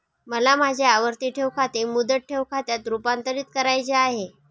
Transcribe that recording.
मला माझे आवर्ती ठेव खाते मुदत ठेव खात्यात रुपांतरीत करावयाचे आहे